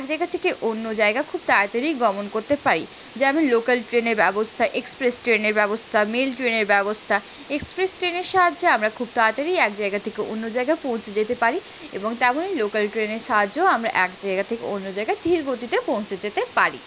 এক জায়গা থেকে অন্য জায়গা খুব তাড়াতাড়ি গমন করতে পারি যেমন লোকাল ট্রেনের ব্যবস্থা এক্সপ্রেস ট্রেনের ব্যবস্থা মেল ট্রেনের ব্যবস্থা এক্সপ্রেস ট্রেনের সাহায্যে আমরা খুব তাড়াতাড়ি এক জায়গায় থেকে অন্য জায়গায় পৌঁছে যেতে পারি এবং তেমনই লোকাল ট্রেনের সাহায্যেও আমরা এক জায়গা থেকে অন্য জায়গায় ধীর গতিতে পৌঁছে যেতে পারি